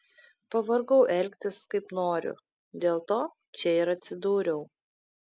pavargau elgtis kaip noriu dėl to čia ir atsidūriau